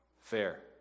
fair